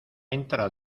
entra